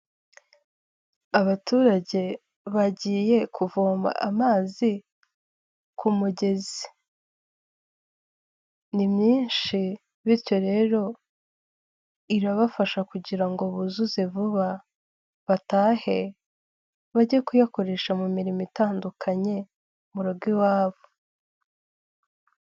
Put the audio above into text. Abaturage bagiye kuvoma amazi ku mugezi. Ni myinshi bityo rero irabafasha kugira ngo buzuze vuba batahe bajye kuyakoresha mu mirimo itandukanye mu rugo iwabo.